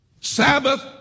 Sabbath